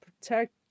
protect